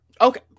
Okay